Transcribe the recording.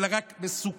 אלא רק מסוכן,